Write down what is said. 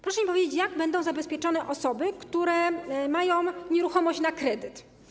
Proszę mi powiedzieć, jak będą zabezpieczone osoby, które mają nieruchomość na kredyt.